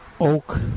oak